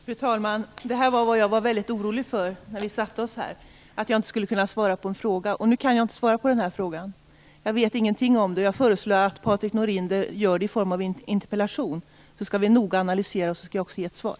Fru talman! Jag var när vi satte oss ned här orolig för att jag inte skulle kunna svara på någon av frågorna, och jag kan inte besvara den här frågan. Jag vet ingenting om detta. Jag föreslår att Patrik Norinder ställer frågan i form av en interpellation. Då skall vi noga analysera den, och jag skall ge ett svar.